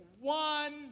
one